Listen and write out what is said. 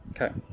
Okay